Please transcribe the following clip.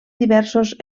diversos